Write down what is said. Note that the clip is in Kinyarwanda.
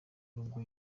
nubwo